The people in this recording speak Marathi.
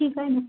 ठीक आहे नं